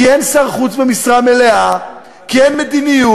כי אין שר חוץ במשרה מלאה, כי אין מדיניות,